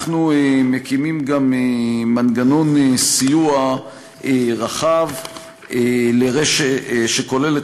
אנחנו מקימים גם מנגנון סיוע רחב שכולל את